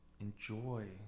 enjoy